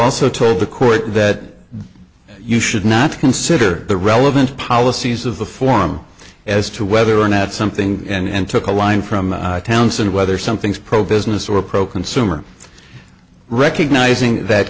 also told the court that you should not consider the relevant policies of the forum as to whether or not something and took a line from townsend whether something's pro business or pro consumer recognizing that